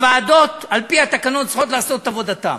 והוועדות, על-פי התקנות, צריכות לעשות את עבודתן.